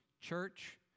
church